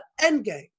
Endgame